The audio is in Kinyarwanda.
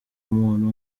umuntu